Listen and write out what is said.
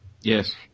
Yes